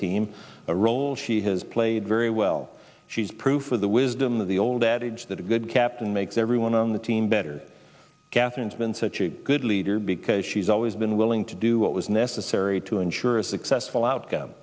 team a role she has played very well she's proof of the wisdom of the old adage that a good captain makes everyone on the team better gaston's been such a good leader because she's always been willing to do what was necessary to ensure a successful outcome